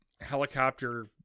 helicopter